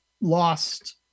lost